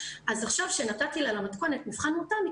אז עכשיו כשנתתי לה במתכונת מבחן מותאם היא